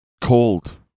cold